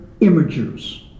imagers